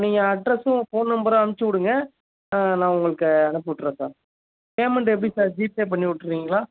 நீங்கள் அட்ரஸ்ஸும் ஃபோன் நம்பரும் அனுப்பிச்சு விடுங்க நான் உங்குளுக்கு அனுப்பி விட்றேன் சார் பேமெண்ட் எப்படி சார் ஜிபே பண்ணி விட்ரீங்களா